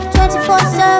24/7